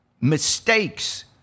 Mistakes